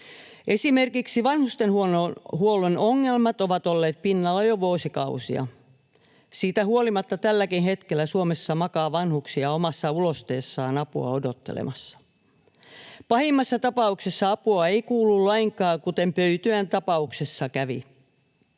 Esimerkiksi vanhustenhuollon ongelmat ovat olleet pinnalla jo vuosikausia. Siitä huolimatta tälläkin hetkellä Suomessa makaa vanhuksia omassa ulosteessaan apua odottelemassa. Pahimmassa tapauksessa apua ei kuulu lainkaan, kuten Pöytyän tapauksessa kävi.